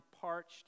parched